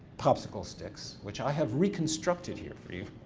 popsicle sticks, which i have reconstructed here for you.